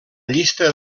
llista